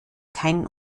keinen